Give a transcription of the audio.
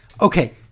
Okay